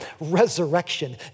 Resurrection